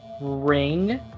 ring